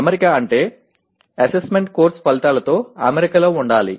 అమరిక అంటే assessment course ఫలితాలతో అమరికలో ఉండాలి